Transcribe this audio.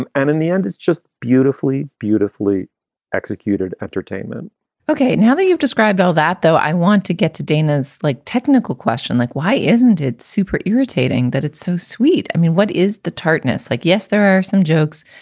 and and in the end, it's just beautifully, beautifully executed entertainment ok. now that you've described all that, though, i want to get to dana's like technical question, like, why isn't it super irritating that it's so sweet? i mean, what is the tartness like? yes, there are some jokes,